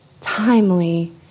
timely